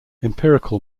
empirical